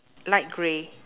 light grey